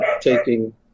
taking